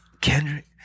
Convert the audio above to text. Kendrick